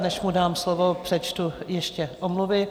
Než mu dám slovo, přečtu ještě omluvy.